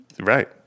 Right